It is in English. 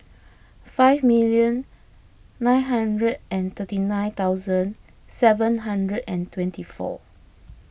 five million nine hundred and thirty nine thousand seven hundred and twenty four